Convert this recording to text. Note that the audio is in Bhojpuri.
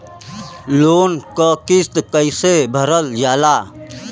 लोन क किस्त कैसे भरल जाए?